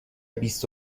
بیست